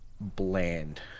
bland